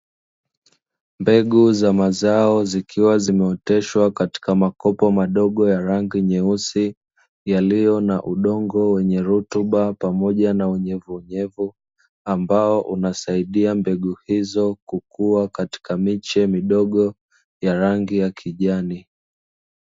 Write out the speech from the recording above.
Mbegu za mazao zikiwa zimeoteshwa katika makopo madogo ya rangi nyeusi, yaliyo na udongo wenye rutuba pamoja na unyevu unyevu, ambao unasaidia mbegu hizo kukuwa katika miche hio ya rangi ya kijani.